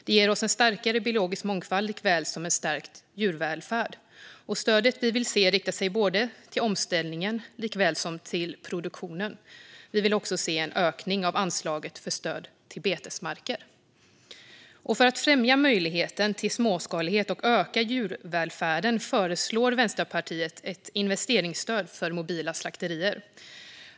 Det ger oss en starkare biologisk mångfald likaväl som en stärkt djurvälfärd. Stödet vi vill se riktar sig både till omställningen och till produktionen. Vi vill också se en ökning av anslaget för stöd till betesmarker. För att främja möjligheten till småskalighet och öka djurvälfärden föreslår Vänsterpartiet ett investeringsstöd för mobila slakterier.